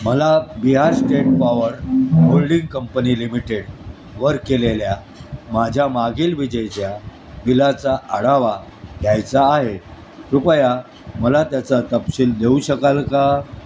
मला Bihar state power holding company limited वर केलेल्या माझ्या मागील विजेच्या बिलाचा आढावा घ्यायचा आहे कृपया मला त्याचा तपशील देऊ शकाल का